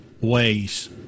ways